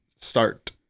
Start